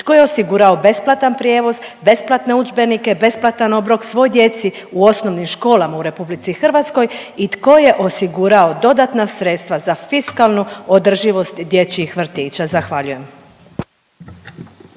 tko je osigurao besplatan prijevoz, besplatne udžbenike, besplatan obrok svoj djeci u osnovnim školama u RH i tko je osigurao dodatna sredstva za fiskalnu održivost dječjih vrtića? Zahvaljujem.